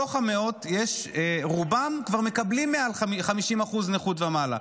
בתוך המאות, רובם כבר מקבלים מעל 50% נכות ומעלה.